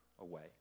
away